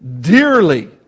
dearly